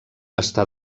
està